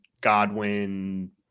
Godwin